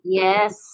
yes